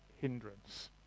hindrance